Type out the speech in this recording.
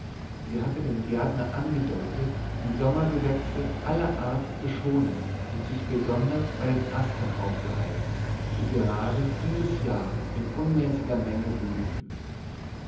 sie hatte dem gärtner angedeutet die sommergewächse aller art zu schonen und sich besonders bei den astern aufgehalten die gerade dieses jahr in unmäßiger menge blühten